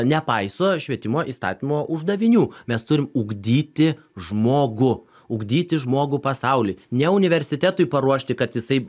nepaiso švietimo įstatymo uždavinių mes turim ugdyti žmogų ugdyti žmogų pasauliui ne universitetui paruošti kad jisai